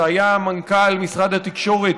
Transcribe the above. שהיה מנכ"ל משרד התקשורת,